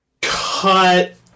Cut